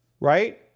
Right